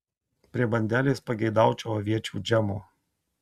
prie bandelės pageidaučiau aviečių džemo